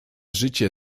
życie